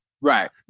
Right